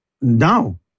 Now